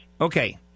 Okay